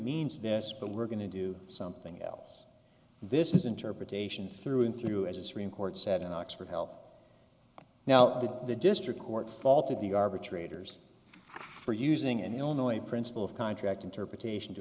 means this but we're going to do something else this is interpretation through and through as a stream court said an oxford health now that the district court faulted the arbitrator's thanks for using an illinois principle of contract interpretation to